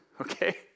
okay